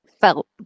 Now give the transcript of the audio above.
felt